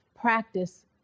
practice